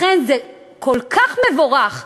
לכן זה כל כך מבורך,